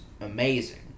amazing